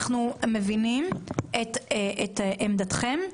אנחנו מבינים את עמדתכם.